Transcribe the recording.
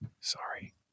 sorry